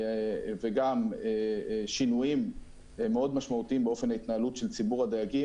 וגם שינויים מאוד משמעותיים באופן ההתנהלות של ציבור הדייגים,